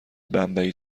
بمبئی